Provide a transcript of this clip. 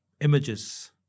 images